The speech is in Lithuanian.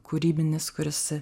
kūrybinis kuris